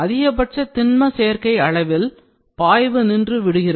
அதிகபட்ச திண்மசேர்க்கை அளவில் பாய்வு நின்றுவிடுகிறது